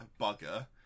bugger